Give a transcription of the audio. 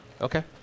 Okay